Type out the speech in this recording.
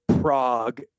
Prague